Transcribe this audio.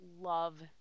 love